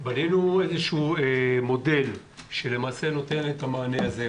בנינו איזשהו מודל שנותן את המענה הזה.